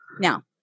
Now